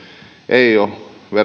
eivät ole